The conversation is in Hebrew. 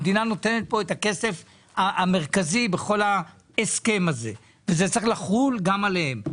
המדינה נותנת פה את הכסף המרכזי בכל ההסכם הזה וזה צריך לחול גם עליהן.